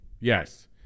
yes